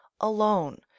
alone